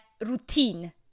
routine